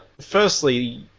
firstly